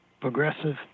Progressive